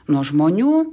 nuo žmonių